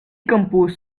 composed